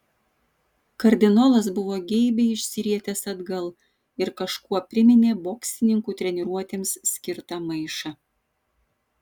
kardinolas buvo geibiai išsirietęs atgal ir kažkuo priminė boksininkų treniruotėms skirtą maišą